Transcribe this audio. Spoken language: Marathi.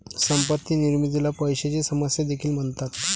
संपत्ती निर्मितीला पैशाची समस्या देखील म्हणतात